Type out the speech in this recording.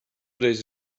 days